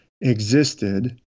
existed